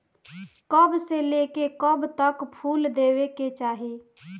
कब से लेके कब तक फुल देवे के चाही?